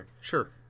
Sure